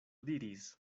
diris